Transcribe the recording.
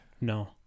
No